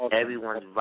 everyone's